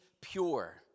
pure